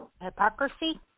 hypocrisy